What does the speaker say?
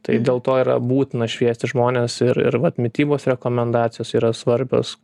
tai dėl to yra būtina šviesti žmones ir ir vat mitybos rekomendacijos yra svarbios